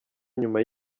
nyuma